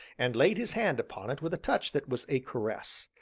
and laid his hand upon it with a touch that was a caress.